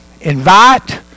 invite